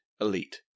elite